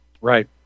Right